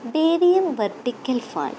ഡീവിയന് vertical fall